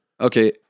Okay